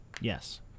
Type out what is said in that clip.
Yes